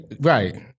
right